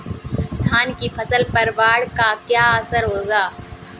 धान की फसल पर बाढ़ का क्या असर होगा?